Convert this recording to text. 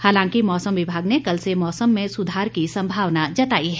हालांकि मौसम विभाग ने कल से मौसम में सुधार की संभावना जताई है